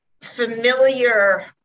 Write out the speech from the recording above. familiar